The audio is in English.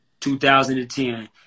2010